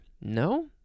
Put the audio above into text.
no